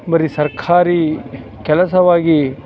ಬರಿ ಸರ್ಕಾರಿ ಕೆಲಸವಾಗಿ